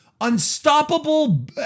unstoppable